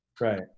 Right